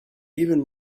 even